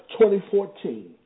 2014